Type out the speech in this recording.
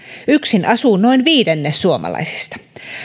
yksin asuu noin viidennes suomalaisista